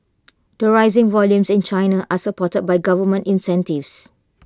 the rising volumes in China are supported by government incentives